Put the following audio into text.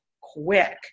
quick